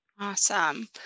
Awesome